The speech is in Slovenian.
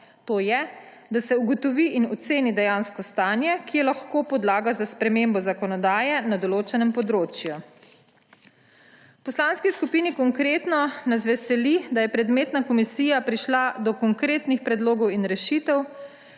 to je, da se ugotovi in oceni dejansko stanje, ki je lahko podlaga za spremembe zakonodaje na določenem področju. V Poslanski skupini Konkretno nas veseli, da je predmetna komisija prišla do konkretnih predlogov in rešitev